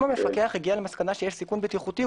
אם המפקח יגיע למסקנה שיש פה סיכון בטיחותי,